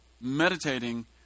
meditating